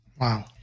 Wow